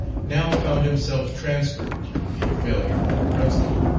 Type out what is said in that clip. now found himself transferred, through the failure of a principal,